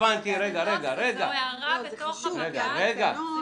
בבג"צ, זו הערה בתוך הבג"צ.